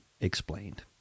Explained